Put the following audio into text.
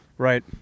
Right